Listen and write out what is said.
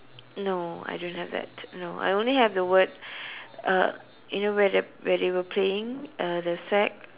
no I don't have that no I only have the word uh you know where the where they were playing uh the sack